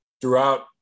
throughout –